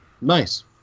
nice